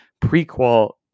prequel